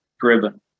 driven